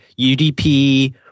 UDP